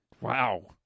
Wow